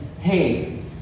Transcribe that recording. Hey